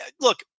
look